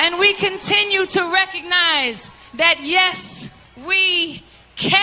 and we continue to recognize that yes we can